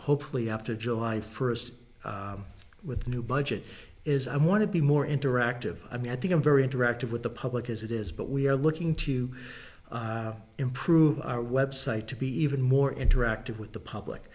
hopefully after july first with a new budget is i want to be more interactive i mean i think i'm very interactive with the public as it is but we are looking to improve our website to be even more interactive with the public